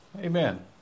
Amen